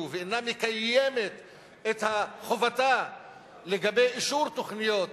ואינה מקיימת את חובתה לגבי אישור תוכניות,